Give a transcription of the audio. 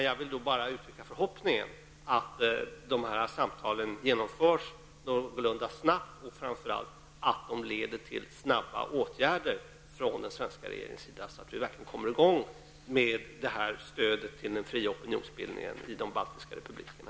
Jag vill uttrycka min förhoppning att dessa samtal genomförs någorlunda snabbt, och framför allt att de leder till snara åtgärder från den svenska regeringens sida så att vi verkligen kommer i gång med stödet till den fria opinionsbildningen i de baltiska republikerna.